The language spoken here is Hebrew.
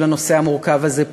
של הנושא המורכב הזה,